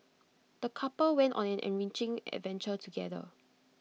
the couple went on an enriching adventure together